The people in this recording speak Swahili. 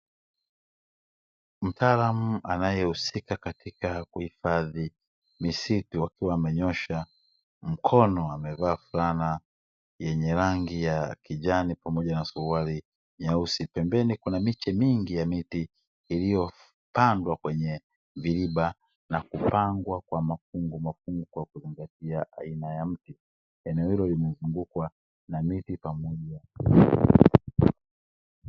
Mtaalamu anayehusika katika kuhifadhi misitu akiwa amenyosha mkono wamevaa fulana yenye rangi ya kijani pamoja na suruali nyeusi, pembeni kuna miche mingi ya miti iliyopandwa kwenye viriba na kupangwa kwa mafungumafungu kwa kuzingatia aina ya mti, eneo hilo limezungukwa na miti pamoja na majani.